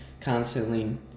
constantly